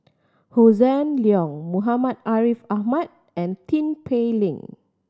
Hossan Leong Muhammad Ariff Ahmad and Tin Pei Ling